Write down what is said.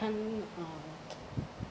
can't uh